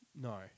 No